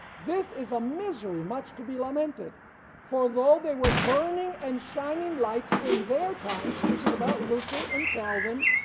this is a misery much to be lamented for though they were burning and shining lights in their time, speaking about luther and calvin,